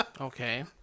Okay